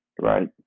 right